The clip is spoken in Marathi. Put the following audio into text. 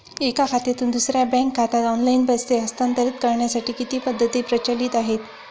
एका खात्यातून दुसऱ्या बँक खात्यात ऑनलाइन पैसे हस्तांतरित करण्यासाठी किती पद्धती प्रचलित आहेत?